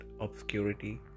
obscurity